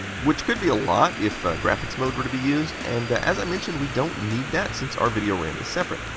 which could be a lot if graphics mode were to be used. and as i mentioned, we don't need that since our video ram is separate.